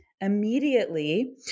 immediately